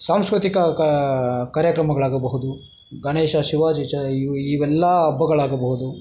ಸಾಂಸ್ಕೃತಿಕ ಕಾರ್ಯಕ್ರಮಗಳಾಗಬಹುದು ಗಣೇಶ ಶಿವಾಜಿ ಚ ಇವು ಇವೆಲ್ಲಾ ಹಬ್ಬಗಳಾಗಬಹುದು